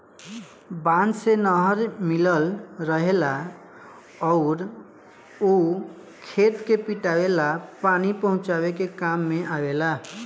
बांध से नहर मिलल रहेला अउर उ खेते के पटावे ला पानी पहुचावे के काम में आवेला